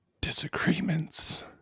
Disagreements